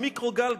מיקרוגל,